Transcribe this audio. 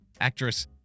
Actress